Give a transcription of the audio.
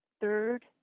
Third